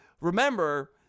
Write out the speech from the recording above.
remember